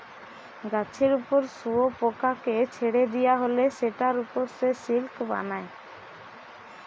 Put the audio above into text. গাছের উপর শুয়োপোকাকে ছেড়ে দিয়া হলে সেটার উপর সে সিল্ক বানায়